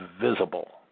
visible